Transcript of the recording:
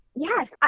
Yes